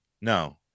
No